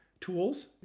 tools